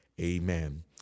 amen